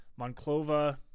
Monclova